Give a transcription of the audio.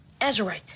azurite